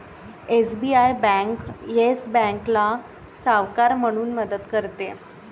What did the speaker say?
SBI bank Yes बँकेला सावकार म्हणून मदत करते